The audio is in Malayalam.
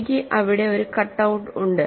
എനിക്ക് ഇവിടെ ഒരു കട്ട് ഔട്ട് ഉണ്ട്